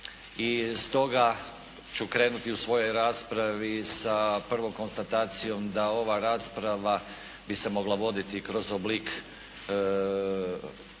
i stoga ću krenuti u svojoj raspravi sa prvom konstatacijom da ova rasprava bi se mogla voditi kroz oblik pitanja